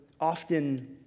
often